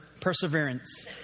perseverance